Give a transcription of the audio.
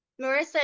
Marissa